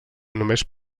només